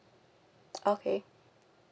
okay